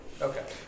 Okay